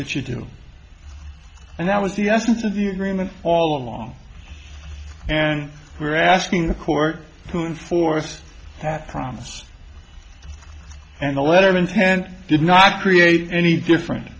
that you do and that was the essence of the agreement all along and we're asking the court to enforce that promise and the letter of intent did not create any different